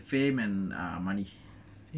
you get fame and money